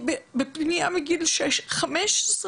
היא בפנימייה מגיל 15 וחצי.